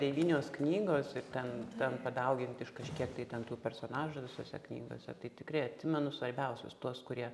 devynios knygos ir ten ten padaugint iš kažkiek tai ten tų personažų visose knygose tai tikrai atsimenu svarbiausius tuos kurie